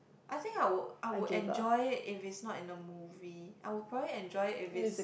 I think I would I would enjoy it if it's not in the movie I would probably enjoy if it's